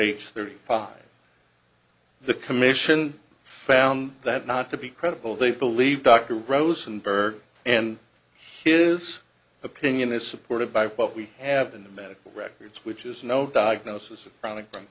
age thirty five the commission found that not to be credible they believe dr rosenberg and his opinion is supported by what we have in the medical records which is no diagnosis of